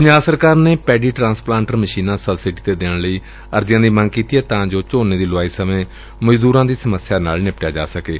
ਪੰਜਾਬ ਸਰਕਾਰ ਨੇ paddy transplanter ਮਸ਼ੀਨਾਂ ਸਬਸਿਡੀ ਤੇ ਦੇਣ ਸਬੰਧੀ ਅਰਜ਼ੀਆਂ ਦੀ ਮੰਗ ਕੀਤੀ ਏ ਤਾਂ ਜੋ ਝੋਨੇ ਦੀ ਲੁਆਈ ਸਮੇਂ ਮਜ਼ਦੂਰੀ ਦੀ ਸਮੱਸਿਆ ਨਾਲ ਨਜਿੱਠਿਆ ਜਾ ਸਕੇ